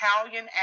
Italian